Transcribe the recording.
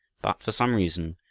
but for some reason,